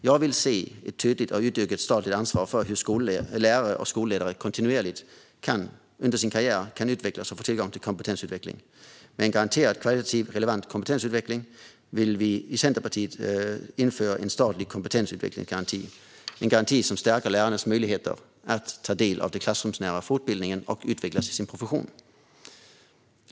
Jag vill se ett tydligt och utökat statligt ansvar för hur lärare och skolledare kontinuerligt under sin karriär kan utvecklas och få tillgång till kompetensutveckling. Vi i Centerpartiet vill införa en statlig kompetensutvecklingsgaranti för en garanterad högkvalitativ och relevant kompetensutveckling. En sådan garanti stärker lärarnas möjligheter att ta del av klassrumsnära fortbildning och utvecklas i sin profession.